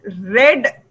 red